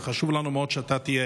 וחשוב לנו מאוד שאתה תהיה.